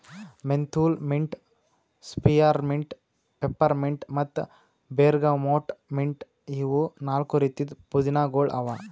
menthol mint, spearmint, peppermint ಮತ್ತ bergamot mint ಇವು ನಾಲ್ಕು ರೀತಿದ್ ಪುದೀನಾಗೊಳ್ ಅವಾ